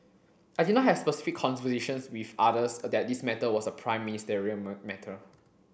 I did not have specific conversations with others that this matter was a prime ministerial matter